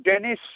Dennis